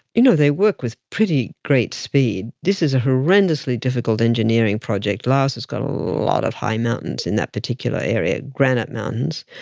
you know they work with pretty great speed. this is a horrendously difficult engineering project. laos has got a lot of high mountains in that particular area, granite mountains,